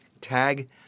tag